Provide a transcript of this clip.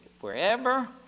wherever